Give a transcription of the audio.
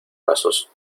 pasos